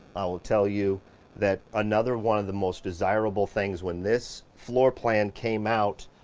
i will tell you that another one of the most desirable things, when this floorplan came out,